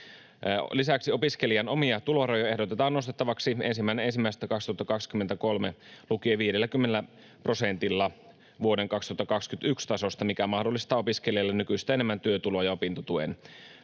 Lisäksi opiskelijan omia tulorajoja ehdotetaan nostettavaksi 1.1.2023 lukien 50 prosentilla vuoden 2021 tasosta, mikä mahdollistaa opiskelijalle nykyistä enemmän työtuloja opintotuen ohella.